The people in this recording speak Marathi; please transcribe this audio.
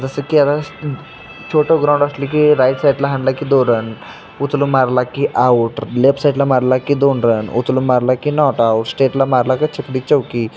जसं की आता छोटं ग्राउंड असले की राईट साईडला हाणला की दो रन उचलून मारला की आऊट लेफ्ट साईडला मारला की दोन रन उचलून मारला की नॉट आऊट स्टेटला मारला की चकडी चौकी